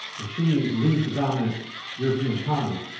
and she leads the dominant european economy.